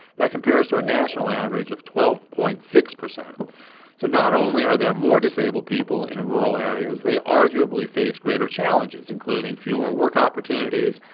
that compares to a national average of twelve point six. so so not only are there more disabled people in rural areas, they arguably face greater challenges, including fewer work opportunities,